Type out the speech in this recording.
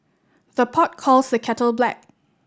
the pot calls the kettle black